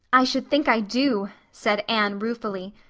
i should think i do, said anne ruefully.